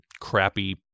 crappy